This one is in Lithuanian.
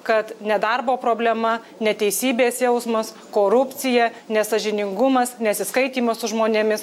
kad nedarbo problema neteisybės jausmas korupcija nesąžiningumas nesiskaitymas su žmonėmis